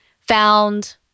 found